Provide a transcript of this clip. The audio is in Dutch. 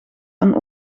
aan